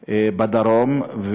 אזרחים בדרום,